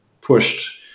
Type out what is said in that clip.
pushed